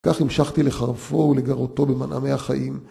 כך המשכתי לחרפו ולגרותו במנעמי החיים.